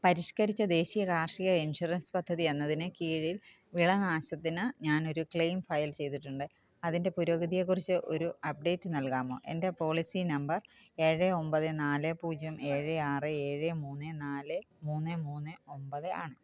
പരിഷ്കരിച്ച ദേശീയ കാർഷിക ഇൻഷുറൻസ് പദ്ധതി എന്നതിനു കീഴിൽ വിളനാശത്തിൽ ഞാനൊരു ക്ലെയിം ഫയൽ ചെയ്തിട്ടുണ്ട് അതിന്റെ പുരോഗതിയേക്കുറിച്ച് ഒരു അപ്ഡേറ്റ് നൽകാമോ എന്റെ പോളിസീ നമ്പർ ഏഴ് ഒൻപത് നാല് പൂജ്യം ഏഴ് ആറ് ഏഴ് മൂന്ന് നാല് മൂന്ന് മൂന്ന് ഒൻപത് ആണ്